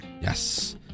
Yes